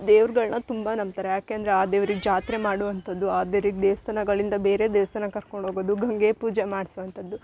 ದೇವ್ರುಗಳ್ನ ತುಂಬ ನಂಬ್ತಾರೆ ಯಾಕೆ ಅಂದರೆ ಆ ದೇವ್ರಿಗೆ ಜಾತ್ರೆ ಮಾಡುವಂಥದ್ದು ಆದೇವ್ರಿಗ್ ದೇವಸ್ಥಾನಗಳಿಂದ ಬೇರೆ ದೇವಸ್ಥಾನಕ್ ಕರ್ಕೊಂಡು ಹೋಗೋದು ಗಂಗೆ ಪೂಜೆ ಮಾಡಿಸುವಂಥದ್ದು